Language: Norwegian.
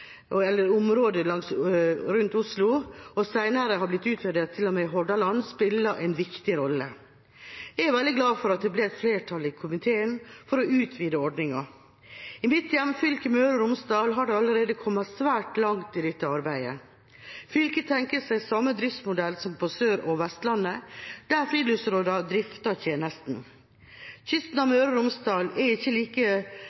rundt Oslo, og senere har blitt utvidet til og med Hordaland, spiller en viktig rolle. Jeg er veldig glad for at det ble et flertall i komiteen for å utvide ordningen. I mitt hjemfylke, Møre og Romsdal, har man allerede kommet svært langt i dette arbeidet. Fylket tenker seg samme driftsmodell som på Sør- og Vestlandet, der friluftsrådene drifter tjenesten. Kysten av